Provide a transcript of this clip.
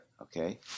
Okay